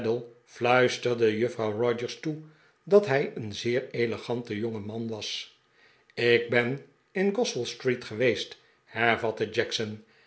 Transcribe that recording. fluisterde juffrouw rogers toe dat hij een zeer elegante jongeman was ik ben in goswell street geweest hervatte jackson